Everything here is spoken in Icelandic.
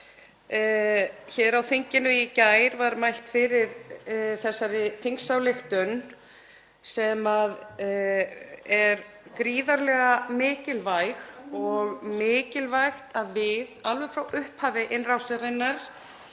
Hér á þinginu í gær var mælt fyrir þessari þingsályktunartillögu sem er gríðarlega mikilvæg og mikilvægt að við, alveg frá upphafi innrásarinnar,